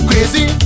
Crazy